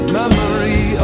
memory